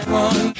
one